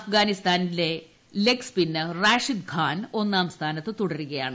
അഫ്ഗാനിസ്ഥാന്റെ leg spinner Rashid Khan ഒന്നാം സ്ഥാനത്ത് തുടരുകയാണ്